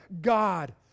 God